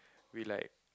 we like